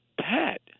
Pat